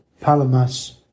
palamas